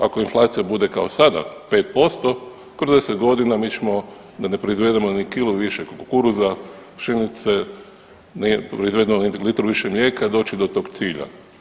Ako inflacija bude kao sada 5% kroz 10 godina mi ćemo da ne proizvedemo ni kilu više kukuruza, pšenice, ne proizvedemo ni litru više mlijeka doći do tog cilja.